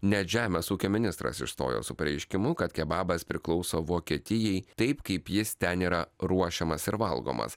net žemės ūkio ministras išstojo su pareiškimu kad kebabas priklauso vokietijai taip kaip jis ten yra ruošiamas ir valgomas